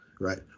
right